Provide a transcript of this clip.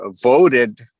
voted